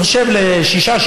אני חושב ל-6%,